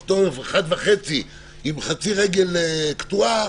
אחד וחצי עם חצי רגל קטועה,